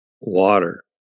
water